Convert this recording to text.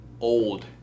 old